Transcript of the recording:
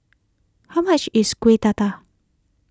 how much is Kueh Dadar